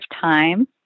time